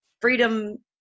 freedom